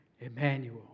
Emmanuel